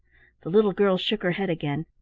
the little girl shook her head again.